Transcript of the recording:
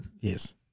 Yes